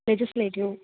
legislative